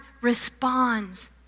responds